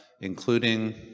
including